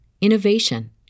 innovation